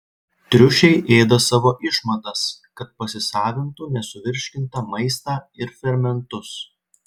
triušiai ėda savo išmatas kad pasisavintų nesuvirškintą maistą ir fermentus